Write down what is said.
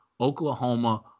Oklahoma